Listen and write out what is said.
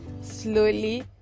slowly